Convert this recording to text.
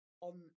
On